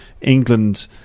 England